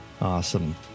Awesome